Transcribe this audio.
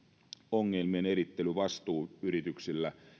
ongelmien erittelyvastuu